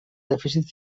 dèficit